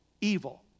evil